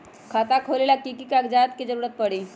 खाता खोले ला कि कि कागजात के जरूरत परी?